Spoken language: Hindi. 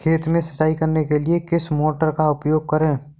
खेत में सिंचाई करने के लिए किस मोटर का उपयोग करें?